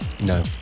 no